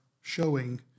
showing